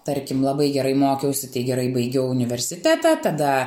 tarkim labai gerai mokiausi tai gerai baigiau universitetą tada